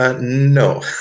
No